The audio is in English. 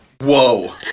Whoa